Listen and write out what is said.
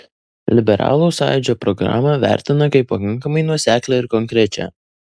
liberalų sąjūdžio programą vertina kaip pakankamai nuoseklią ir konkrečią